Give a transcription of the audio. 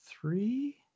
three